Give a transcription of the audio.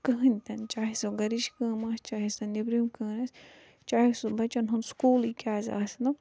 کٕہٕنۍ تنہٕ چاہے سۄ گَرِچ کٲم آسہِ چاہے سۄ نٮ۪برِم کٲم آسہِ چاہے سُہ بَچَن ہُنٛد سُکوٗلٕے کیاز آسہِ نہٕ